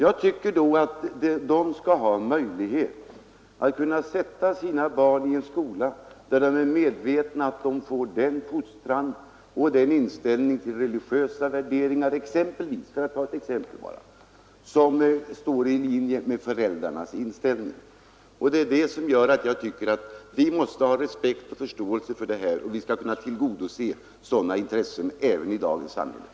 Då tycker jag att de skall ha möjlighet att sätta sina barn i en skola där de får den fostran och den inställning till religiösa värderingar — för att ta ett exempel — som står i linje med föräldrarnas inställning. Vi skall enligt min mening kunna tillgodose sådana intressen även i dagens samhälle.